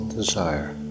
desire